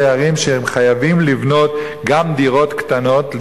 הערים שהם חייבים לבנות גם דירות קטנות,